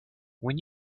when